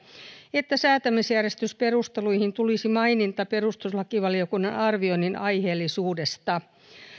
että säätämisjärjestysperusteluihin tulisi maininta perustuslakivaliokunnan arvioinnin aiheellisuudesta